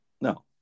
No